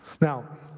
Now